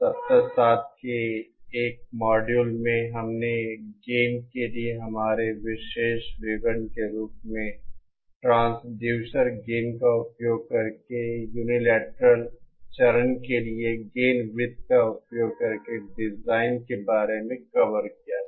सप्ताह 7 के 1 मॉड्यूल में हमने गेन के लिए हमारे विशेष विवरण के रूप में ट्रांसड्यूसर गेन का उपयोग करके यूनिलैटरल चरण के लिए गेन वृत्त का उपयोग करके डिज़ाइन के बारे में कवर किया था